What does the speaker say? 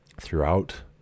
throughout